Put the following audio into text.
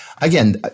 Again